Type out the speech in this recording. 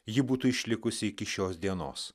ji būtų išlikusi iki šios dienos